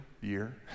year